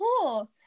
cool